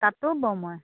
তাঁতো বওঁ মই